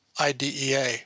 IDEA